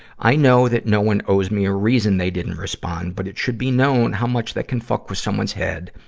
i know that no one owes me a reason they didn't respond, but it should be known how much that can fuck with someone's head,